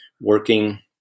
working